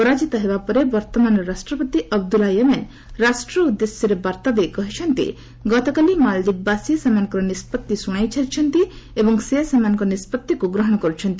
ପରାଜିତ ହେବା ପରେ ବର୍ତ୍ତମାନର ରାଷ୍ଟ୍ରପତି ଅବଦୁଲ୍ଲା ୟେମେନ୍ ରାଷ୍ଟ୍ର ଉଦ୍ଦେଶ୍ୟରେ ବାର୍ତ୍ତା ଦେଇ କହିଛନ୍ତି ଗତକାଲି ମାଳଦ୍ୱୀପବାସୀ ସେମାନଙ୍କ ନିଷ୍ପଭି ଶୁଣାଇ ସାରିଛନ୍ତି ଏବଂ ସେ ସେମାନଙ୍କ ନିଷ୍ପଭିକୁ ଗ୍ରହଣ କରୁଛନ୍ତି